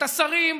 את השרים,